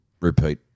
repeat